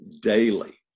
daily